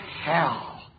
hell